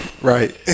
right